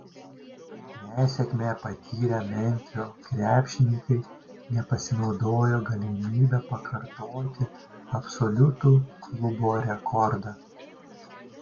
nesėkmę patyrę memfio krepšininkai nepasinaudojo galimybe pakartoti absoliutų klubo rekordą